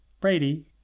Brady